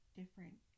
different